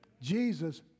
Jesus